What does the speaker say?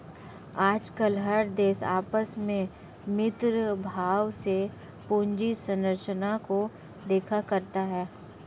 आजकल हर देश आपस में मैत्री भाव से पूंजी संरचना को देखा करता है